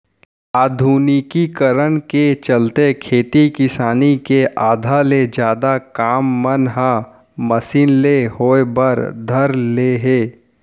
आधुनिकीकरन के चलते खेती किसानी के आधा ले जादा काम मन ह मसीन ले होय बर धर ले हे